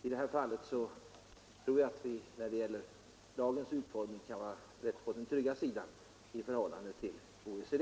I detta fall tror jag att vi beträffande lagens utformning kan känna oss trygga i förhållande till OECD.